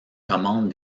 commande